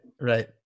right